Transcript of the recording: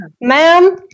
Ma'am